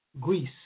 Greece